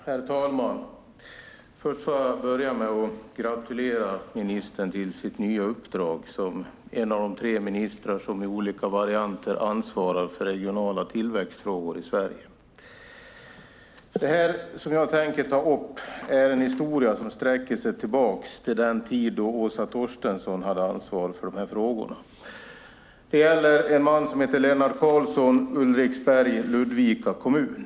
Herr talman! Först får jag börja med att gratulera ministern till sitt nya uppdrag som en av de tre ministrar som i olika varianter ansvarar för regionala tillväxtfrågor i Sverige. Det jag tänker ta upp är en historia som sträcker sig tillbaka till den tid då Åsa Torstensson hade ansvar för dessa frågor. Det gäller en man som heter Lennart Karlsson i Ulriksberg i Ludvika kommun.